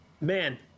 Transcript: Man